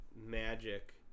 magic